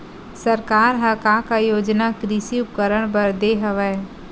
सरकार ह का का योजना कृषि उपकरण बर दे हवय?